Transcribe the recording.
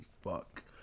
fuck